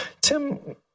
Tim